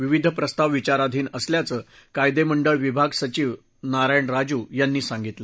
विविध प्रस्ताव विचाराधीन असल्याचं कायदे मंडळ विभाग सचिव नारायण राजू यांनी सांगितलं